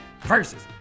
versus